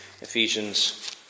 Ephesians